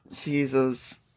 Jesus